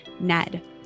Ned